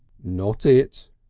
not it.